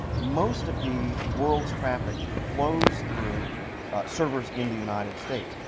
most of the world's traffic flows through servers in the united states.